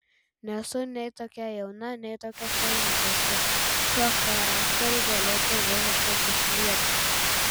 nesu nei tokia jauna nei tokia švelni kad su šiuo charakteriu galėčiau visiškai susilieti